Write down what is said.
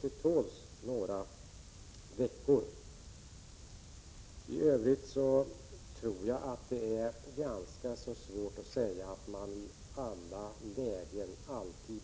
Vi kanske därför kan ge oss till tåls några veckor. För övrigt tror jag att det är ganska svårt att säga att eleven är den som i alla lägen alltid